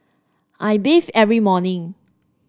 I bathe every morning